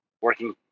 working